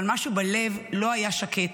אבל משהו בלב לא היה שקט.